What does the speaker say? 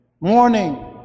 morning